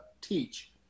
teach